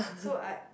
so I